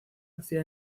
hacía